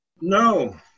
No